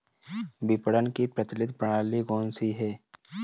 विपणन की प्रचलित प्रणाली कौनसी है?